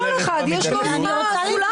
לכל אחד יש את הסולם שלו.